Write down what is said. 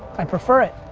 i'd prefer it.